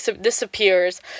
disappears